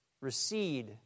recede